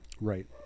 Right